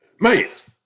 Mate